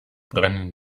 brennen